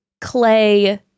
Clay